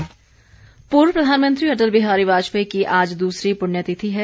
अटल पुण्यतिथि पूर्व प्रधानमंत्री अटल बिहारी वाजपेयी की आज दूसरी पुण्यतिथि है